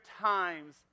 times